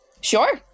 Sure